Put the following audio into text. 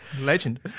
Legend